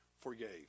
forgave